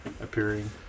Appearing